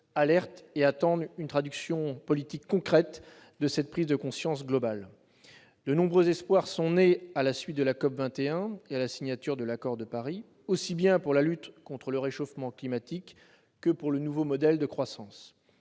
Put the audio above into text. alertent et attendent une traduction politique concrète de cette prise de conscience globale. De nombreux espoirs sont nés à la suite de la COP21 et de la signature de l'accord de Paris, aussi bien pour la lutte contre le réchauffement climatique que pour le nouveau modèle de croissance.